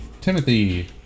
Timothy